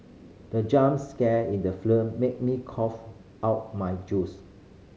the jump scare in the film made me cough out my juice